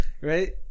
Right